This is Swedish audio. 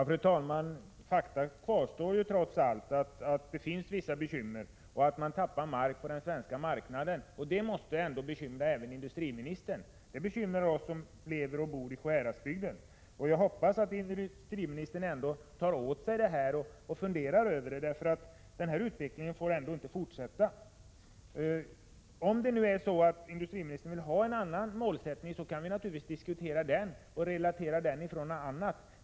Fru talman! Fakta kvarstår trots allt, det finns vissa bekymmer. När det gäller den svenska marknaden förlorar man mark, och det måste väl ändå bekymra även industriministern. Det bekymrar i varje fall oss som lever och bor i Sjuhäradsbygden. Jag hoppas att industriministern tar åt sig av det här och funderar över dessa saker, därför att den här utvecklingen får inte fortsätta. Om det nu är så, att industriministern vill ha en annan målsättning, kan vi naturligtvis diskutera den saken och relatera till någonting annat.